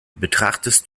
betrachtest